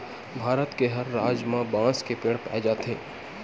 भारत के हर राज म बांस के पेड़ पाए जाथे